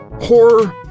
horror